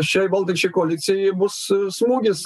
šiai valdančiai koalicijai bus smūgis